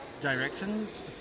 directions